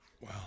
Wow